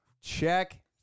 Check